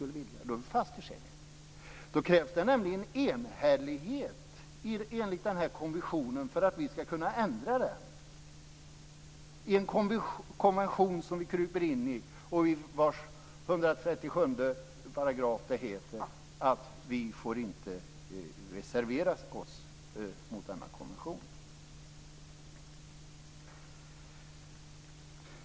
Det krävs nämligen enhällighet enligt konventionen för att vi skall kunna ändra den, en konvention som vi kryper in i och i vars 137 § det heter att vi inte får reservera oss mot denna konvention.